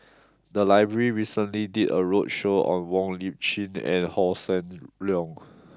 the library recently did a roadshow on Wong Lip Chin and Hossan Leong